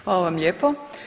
Hvala vam lijepo.